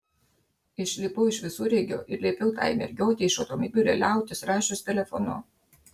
išlipau iš visureigio ir liepiau tai mergiotei iš automobilio liautis rašius telefonu